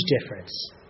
difference